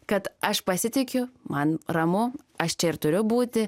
kad aš pasitikiu man ramu aš čia ir turiu būti